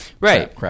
Right